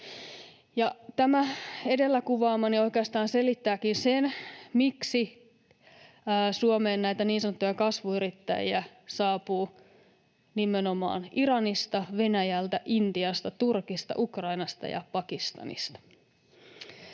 Tämä edellä kuvaamani oikeastaan selittääkin sen, miksi Suomeen näitä niin sanottuja kasvuyrittäjiä saapuu nimenomaan Iranista, Venäjältä, Intiasta, Turkista, Ukrainasta ja Pakistanista.